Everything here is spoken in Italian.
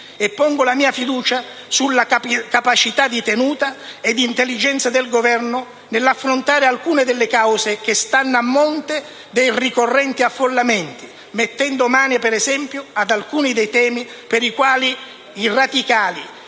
e pongo la mia fiducia sulla capacità di tenuta ed intelligenza del Governo nell'affrontare alcune delle cause che stanno a monte dei ricorrenti affollamenti, mettendo mano, per esempio, ad alcuni dei temi per i quali i radicali,